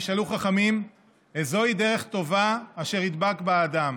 נשאלו חכמים "איזו היא דרך טובה אשר ידבק בה האדם".